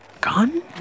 gun